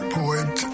poet